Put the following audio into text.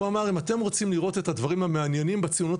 הוא אמר אם אתם רוצים לראות את הדברים המעניינים בציונות